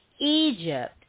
Egypt